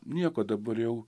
nieko dabar jau